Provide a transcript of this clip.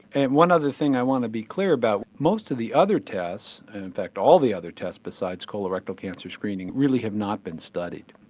and one other thing i want to be clear about, most of the other tests in fact all the other tests beside colorectal cancer screening really have not been studied.